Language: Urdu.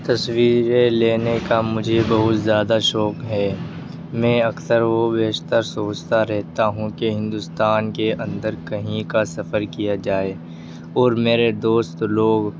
تصویریں لینے کا مجھے بہت زیادہ شوق ہے میں اکثر و بیشتر سوچتا رہتا ہوں کہ ہندوستان کے اندر کہیں کا سفر کیا جائے اور میرے دوست لوگ